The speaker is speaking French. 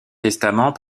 testament